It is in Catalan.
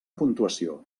puntuació